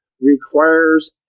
requires